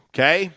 Okay